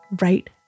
right